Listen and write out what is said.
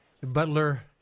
Butler